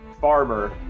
farmer